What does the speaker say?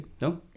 No